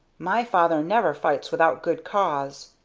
my father never fights without good cause,